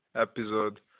episode